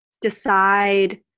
decide